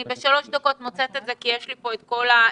אני מוצאת את זה ב-3 דקות כי יש לי פה את כל השקפים.